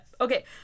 Okay